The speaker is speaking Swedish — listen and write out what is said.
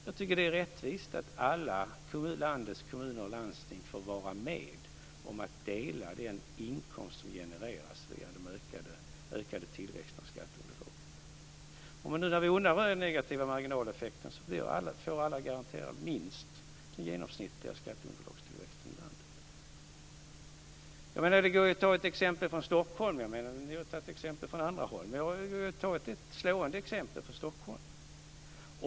Jag tycker att det är rättvist att alla landets kommuner och landsting får vara med om att dela den inkomst som genereras via den ökade tillväxten av skatteunderlaget. Nu när vi undanröjer den negativa marginaleffekten får alla garanterat minst den genomsnittliga skatteunderlagstillväxten i landet. Det går att ta ett exempel från Stockholm. Ni har tagit exempel från andra håll. Vi tar ett slående exempel från Stockholm.